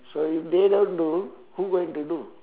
so if they don't do who going to do